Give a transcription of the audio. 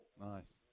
Nice